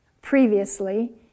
previously